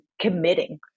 committing